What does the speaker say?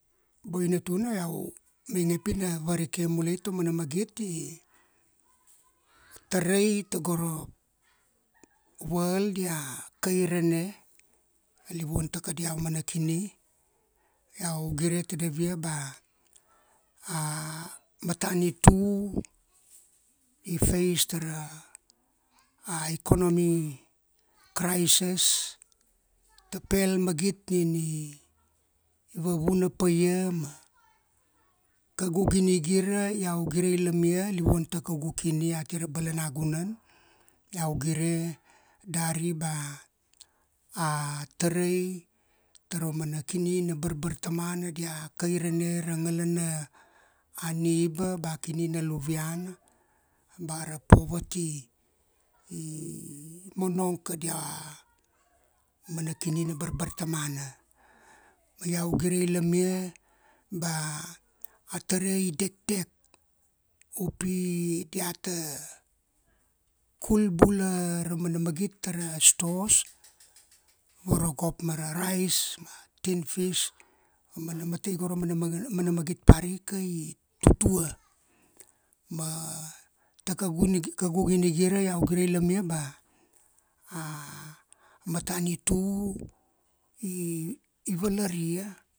Padia la pi diata vatur ra pia. I rap tar go ra mana magit i vanarikai tago ra e go gori. Amana bul, dia libur vakuku, ma tikana ngalana magit bula nin, lua pina, ngo vanavana, iau gire tadavia ba a ngalana vuna taramana parent. A mana, papa ma mana. Padia la pi diata, mento ta kadia mana bul, barmana mana gara, diata balaure bulu diat, ma diata tovo mal diat, ma diata tata pa diat, ma diata vataten diat tara mana bona palanga pi diata muria. Ma ia ra vuna, ma go ra mana ngalana vakamara, mana ngalana vakaina, i vana rikai tago ra mana e go gori. Dari iau tar tata vanavana tana. Kaugu ngal na nuknuk, ma lua pina par mulai, ina vatangia ba a vuna bula, tara mana parent. Padia la pi diata, vateten ra mana barmana, a mana gara tago ra e gori. Iau tar vatangia, iau compare tana ra generation lua, ba iga boina. Go gori, i enana. Dia kaina. Da gire tadap ra ngalana vakamara, tara mana balanagunan, aumana kidoloina nation, province, Da kairene ra ngalana vakamara i vana rikai. Damana ia kaugu mana papala vanavana ma iau nur nur ba i kapa, ma ina ngo ati ma, boina boina tuna.